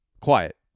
quiet